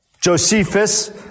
Josephus